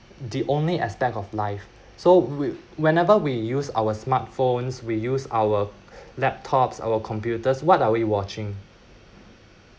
the only aspect of life so we whenever we use our smartphones we use our laptops our computers what are we watching